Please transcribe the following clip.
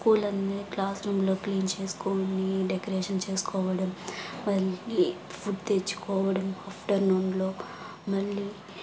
పూలన్ని class రూమ్లో clean చేసుకొని decoration చేసుకోవడం వల్ల ఫుడ్ తెచ్చుకోవడం ఆఫ్టర్నూన్లో మళ్ళీ